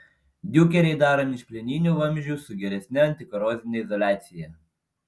diukeriai daromi iš plieninių vamzdžių su geresne antikorozine izoliacija